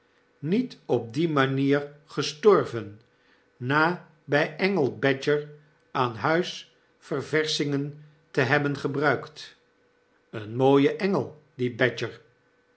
niet op die manier gestorven na bij engel badger aan huis ververschingen te hebben gebruikt een mooie engel die badger